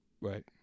Right